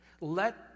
Let